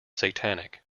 satanic